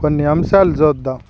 కొన్ని అంశాలు చూద్దాము